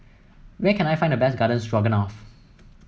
where can I find the best Garden Stroganoff